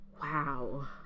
wow